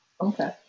Okay